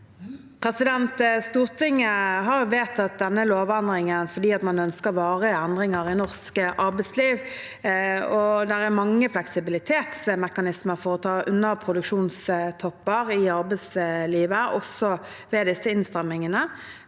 Stortinget har vedtatt denne lovendringen fordi man ønsker varige endringer i norsk arbeidsliv, og det er mange fleksibilitetsmekanismer for å ta unna produksjonstopper i arbeidslivet, også ved disse innstrammingene.